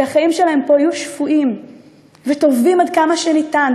שהחיים שלהם פה יהיו שפויים וטובים עד כמה שניתן,